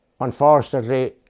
unfortunately